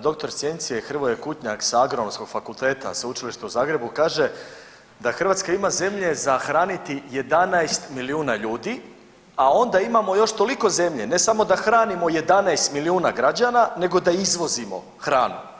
doktor sciencie Hrvoje Kutnjak sa Agronomskog fakulteta sveučilišta u Zagrebu kaže da Hrvatska ima zemlje za hraniti 11 milijuna ljudi, a onda imamo još toliko zemlje ne samo da hranimo 11 milijuna građana nego da izvozimo hranu.